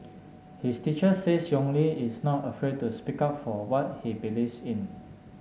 his teacher says Yong Li is not afraid to speak up for what he believes in